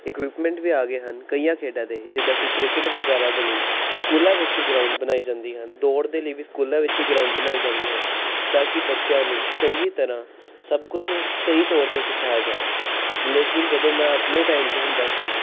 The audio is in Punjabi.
ਅਕਿਉਪਮੈਂਟ ਵੀ ਆ ਗਏ ਹਨ ਕਈਆਂ ਖੇਡਾਂ ਦੇ ਜਿੱਦਾਂ ਕਿ ਕ੍ਰਿਕਟ ਵਗੈਰਾ ਦੇ ਲਈ ਸਕੂਲਾਂ ਵਿੱਚ ਹੀ ਗਰਾਉਂਡ ਬਣਾਏ ਜਾਂਦੇ ਹਨ ਦੌੜ ਦੇ ਲਈ ਵੀ ਸਕੂਲਾਂ ਵਿੱਚ ਹੀ ਗਰਾਉਂਡ ਬਣਾਈ ਜਾਂਦੀ ਹੈ ਤਾਂ ਕਿ ਬੱਚਿਆਂ ਨੂੰ ਚੰਗੀ ਤਰ੍ਹਾਂ ਸਭ ਕੁਛ ਸਹੀ ਤੌਰ 'ਤੇ ਸਿਖਾਇਆ ਜਾਵੇ ਲੇਕਿਨ ਜਦੋਂ ਮੈਂ ਆਪਣੇ ਟਾਈਮ 'ਤੇ ਹੁੰਦਾ ਸੀ